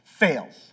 fails